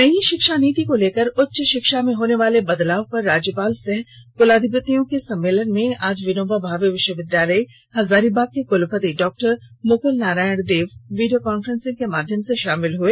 नई शिक्षा नीति को लेकर उच्च शिक्षा में होने वाले बदलाव पर राज्यपाल सह कुलाधिपतिओं के सम्मेलन में आज विनोबा भावे विश्वविद्यालय हजारीबाग के कुलपति डॉ मुकल नारायण देव वीडियो कांफ्रेंस के माध्यम से शामिल हुए